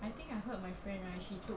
I think I heard my friend right she took